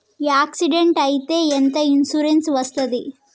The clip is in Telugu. యాక్సిడెంట్ అయితే ఎంత ఇన్సూరెన్స్ వస్తది?